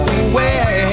away